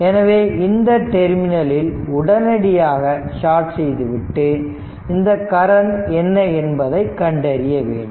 எனவே இந்த டெர்மினலில் உடனடியாக ஷாட் செய்துவிட்டு இந்த கரண்ட் என்ன என்பதை கண்டறிய வேண்டும்